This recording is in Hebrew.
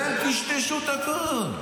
והם טשטשו את הכול.